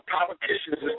politicians